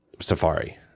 Safari